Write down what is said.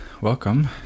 welcome